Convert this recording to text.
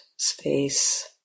space